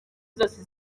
zose